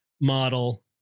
model